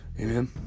Amen